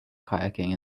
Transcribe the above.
kayaking